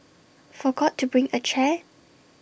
forgot to bring A chair